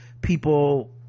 people